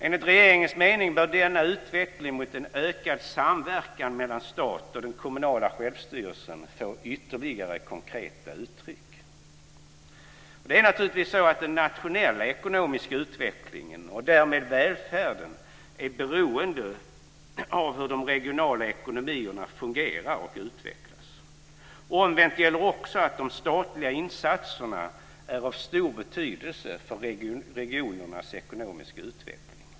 Enligt regeringens mening bör denna utveckling mot en ökad samverkan mellan staten och den kommunala självstyrelsen få ytterligare konkreta uttryck. Det är naturligtvis så att den nationella ekonomiska utvecklingen och därmed välfärden är beroende av hur de regionala ekonomierna fungerar och utvecklas. Omvänt gäller också att de statliga insatserna är av stor betydelse för regionernas ekonomiska utveckling.